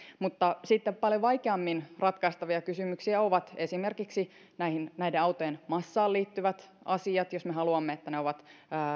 mutta sitten paljon vaikeammin ratkaistavia kysymyksiä ovat esimerkiksi näiden autojen massaan liittyvät asiat jos me haluamme että ne ovat